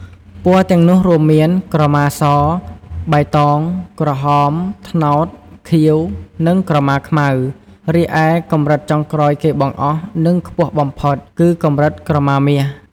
ពណ៌ទាំងនោះរួមមាន ក្រមាស បៃតង ក្រហម ត្នោត ខៀវ និងក្រមាខ្មៅ។ រីឯកម្រិតចុងក្រោយគេបង្អស់ និងខ្ពស់បំផុតគឺ កម្រិតក្រមាមាស។